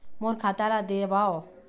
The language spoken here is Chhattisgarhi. मोर खाता ला देवाव?